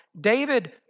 David